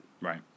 Right